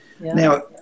Now